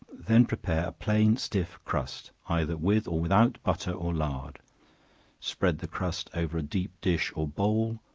then prepare a plain stiff crust, either with or without butter or lard spread the crust over a deep dish or bowl,